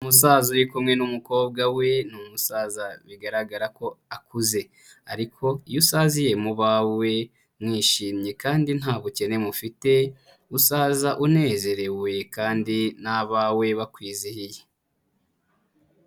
Umusaza uri kumwe n'umukobwa we n'umusaza bigaragara ko akuze, ariko iyo usaziye mu bawe mwishimye kandi nta bukene mufite usaza unezerewe kandi n'abawe bakwizihiye.